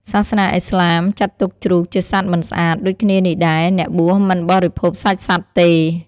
សាសនាឥស្លាមចាត់ទុកជ្រូកជាសត្វមិនស្អាត ដូចគ្នានេះដែរ អ្នកបួសមិនបរិភោគសាច់សត្វទេ។